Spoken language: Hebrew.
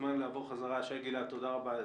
שי גלעד, תודה רבה.